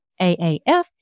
AAF